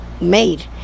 made